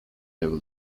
level